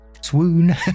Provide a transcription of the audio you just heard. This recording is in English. Swoon